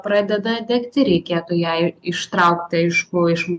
pradeda degti reikėtų jei ištraukti aišku iš